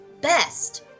best